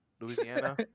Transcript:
Louisiana